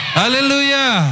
Hallelujah